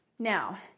Now